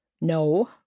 No